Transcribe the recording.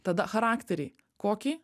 tada charakteriai kokį